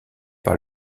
par